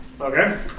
Okay